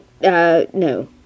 No